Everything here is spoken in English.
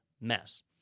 mess